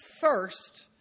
first